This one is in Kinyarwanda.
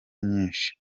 nyinshi